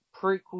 prequel